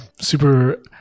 super –